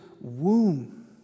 womb